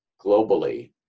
globally